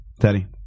Teddy